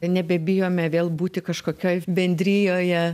nebebijome vėl būti kažkokioj bendrijoje